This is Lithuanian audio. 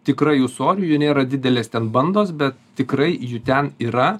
tikrai ūsorių jų nėra didelės ten bandos bet tikrai jų ten yra